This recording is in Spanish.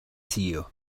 siguió